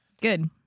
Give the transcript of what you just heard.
Good